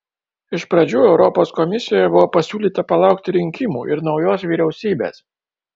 iš pradžių europos komisijoje buvo pasiūlyta palaukti rinkimų ir naujos vyriausybės